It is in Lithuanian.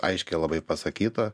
aiškiai labai pasakyta